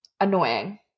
annoying